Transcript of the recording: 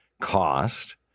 cost